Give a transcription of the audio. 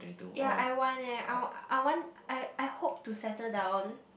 ya I want eh I I want I I hope to settle down